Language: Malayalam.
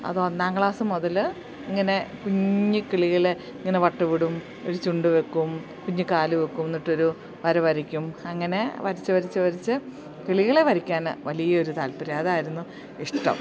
അത് ഒന്നാം ക്ലാസ് മുതൽ ഇങ്ങനെ കുഞ്ഞി കിളികളെ ഇങ്ങനെ വട്ടമിടും ഒരു ചുണ്ട് വെക്കും കുഞ്ഞു കാല് വെക്കും എന്നിട്ടൊരു വര വരക്കും അങ്ങനെ വരച്ചു വരച്ചു വരച്ചു കിളികളെ വരക്കാൻ വലിയൊരു താല്പര്യം അതായിരുന്നു ഇഷ്ടം